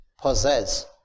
possess